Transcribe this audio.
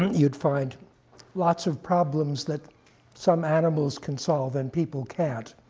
you'd find lots of problems that some animals can solve and people can't,